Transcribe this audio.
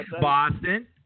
Boston